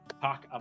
talk